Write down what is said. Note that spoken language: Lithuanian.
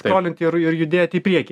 skrolinti ir ir judėti į priekį